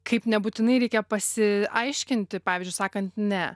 kaip nebūtinai reikia pasiaiškinti pavyzdžiui sakant ne